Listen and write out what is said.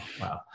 Wow